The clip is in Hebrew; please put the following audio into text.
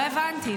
לא הבנתי.